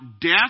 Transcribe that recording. death